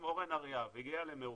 אורן אריאב הגיע למאוחדת,